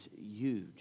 huge